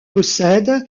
possède